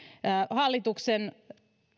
hallituksen